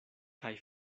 kaj